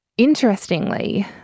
Interestingly